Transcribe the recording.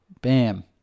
bam